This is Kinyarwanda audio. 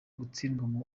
gutsindwa